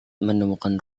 menemukan